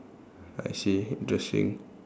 I see interesting